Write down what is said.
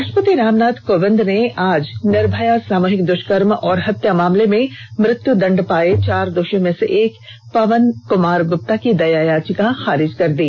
राष्ट्रपति रामनाथ कोविंद ने आज निर्भया सामूहिक द्वष्कर्म और हत्या मामले में मृत्यादंड पाए चार दोषियों में से एक पवन कुमार गुप्ता की दया याचिका खारिज कर दी